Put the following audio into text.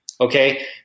okay